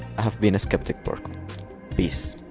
i have been skeptic pork peace